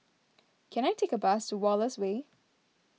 can I take a bus to Wallace Way